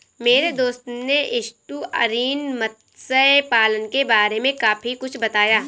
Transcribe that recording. मेरे दोस्त ने एस्टुअरीन मत्स्य पालन के बारे में काफी कुछ बताया